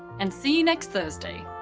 and see you next thursday